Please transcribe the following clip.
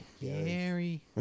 Gary